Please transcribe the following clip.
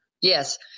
Yes